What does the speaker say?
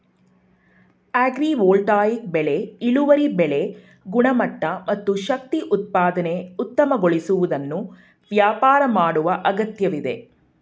agrivoltaic ಬೆಳೆ ಇಳುವರಿ ಬೆಳೆ ಗುಣಮಟ್ಟ ಮತ್ತು ಶಕ್ತಿ ಉತ್ಪಾದನೆ ಉತ್ತಮಗೊಳಿಸುವುದನ್ನು ವ್ಯಾಪಾರ ಮಾಡುವ ಅಗತ್ಯವಿದೆ